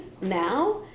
now